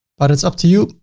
but it's up to you.